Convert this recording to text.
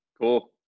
Cool